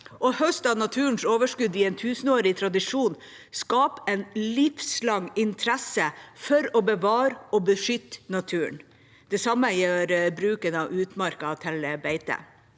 Å høste av naturens overskudd i en tusenårig tradisjon skaper en livslang interesse for å bevare og beskytte naturen. Det samme gjør bruken av utmarken til beite.